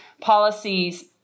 policies